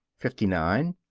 fifty nine.